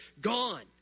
gone